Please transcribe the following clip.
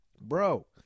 Bro